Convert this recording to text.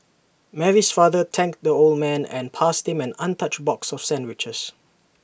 Mary's father thanked the old man and passed him an untouched box of sandwiches